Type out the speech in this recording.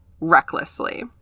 recklessly